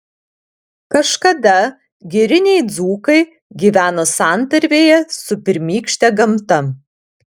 kažkada giriniai dzūkai gyveno santarvėje su pirmykšte gamta